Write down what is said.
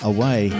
Away